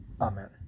Amen